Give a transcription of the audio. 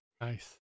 Nice